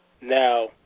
Now